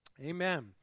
amen